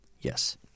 Yes